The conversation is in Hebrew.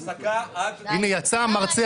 הנה, יצא המרצע